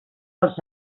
els